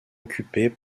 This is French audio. occupée